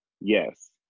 yes